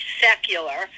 secular